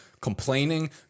complaining